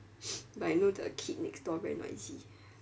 but you know the kid next door very noisy